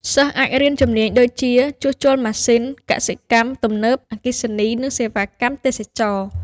សិស្សអាចរៀនជំនាញដូចជា ជួសជុលម៉ាស៊ីន កសិកម្មទំនើប អគ្គិសនី និងសេវាកម្មទេសចរណ៍។